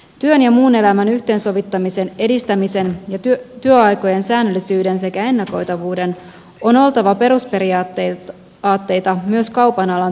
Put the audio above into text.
työn ja muun elämän yhteensovittamisen edistämisen ja työaikojen säännöllisyyden sekä ennakoitavuuden on oltava perusperiaatteita myös kaupan alan työehdoista sovittaessa